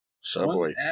subway